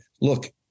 look